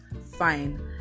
fine